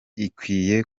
ikwiye